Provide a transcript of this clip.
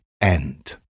end